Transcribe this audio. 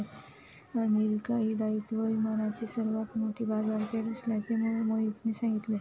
America ही दायित्व विम्याची सर्वात मोठी बाजारपेठ असल्याचे मोहितने सांगितले